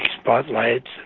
spotlights